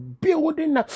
building